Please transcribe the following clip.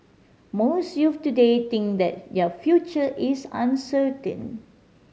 most youths today think that their future is uncertain